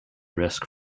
risk